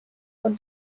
und